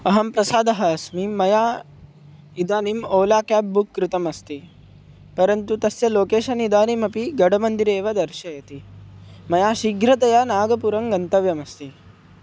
अहं प्रसादः अस्मि मया इदानीम् ओला केब् बुक् कृतमस्ति परन्तु तस्य लोकेशन् इदानीमपि गडमन्दिरे एव दर्शयति मया शीघ्रतया नागपुरं गन्तव्यमस्ति